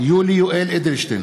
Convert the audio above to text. יולי יואל אדלשטיין,